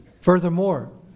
Furthermore